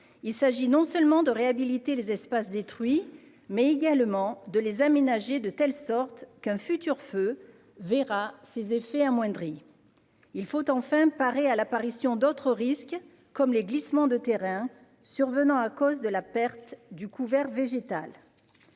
Il s'agit non seulement de réhabiliter les espaces détruits, mais également de les aménager de telle sorte qu'un futur feu verra ses effets amoindris. Il faut enfin parer à l'apparition d'autres risques, comme les glissements de terrain survenant à cause de la perte du couvert végétal.